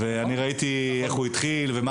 גם כשאני רוכב אתו ביער אילנות או --- מה